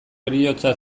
heriotza